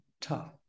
tough